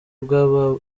bw’aba